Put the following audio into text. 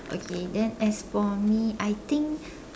okay then as for me I think